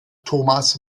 thomas